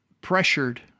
pressured